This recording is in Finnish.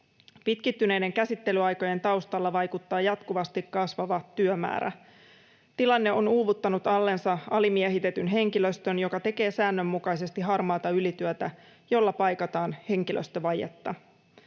Pitkittyneiden käsittelyaikojen taustalla vaikuttaa jatkuvasti kasvava työmäärä. Tilanne on uuvuttanut allensa alimiehitetyn henkilöstön, joka tekee säännönmukaisesti harmaata ylityötä, jolla paikataan henkilöstövajetta.